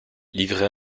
livrée